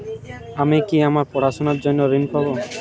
আমি কি আমার পড়াশোনার জন্য ঋণ পাব?